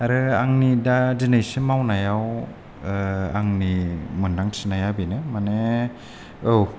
आरो आंनि दा दिनैसिम मावनायाव ओ आंनि मोनदांथिनाया बेनो माने औ